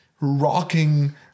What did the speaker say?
rocking